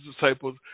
disciples